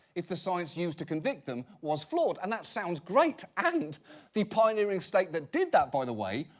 if the sides used to convict them was flawed, and that sounds great and the pioneering state that did that by the way,